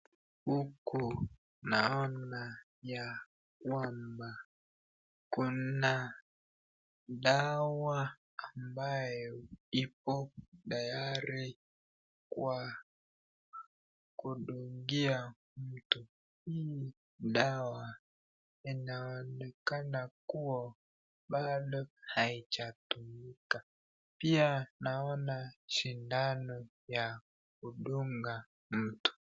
Huku naona ya kwamba kuna dawa ambayo ipo tayari kwa kudungia mtu ,dawa inaonekana kuwa bado haijatumika pia naona sidano ya kudunga mtu.